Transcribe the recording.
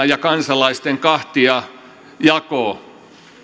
yhteiskunnan ja kansalaisten kahtiajako